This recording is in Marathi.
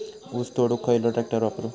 ऊस तोडुक खयलो ट्रॅक्टर वापरू?